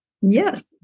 Yes